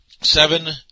Seven